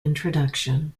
introduction